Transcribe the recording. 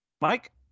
Mike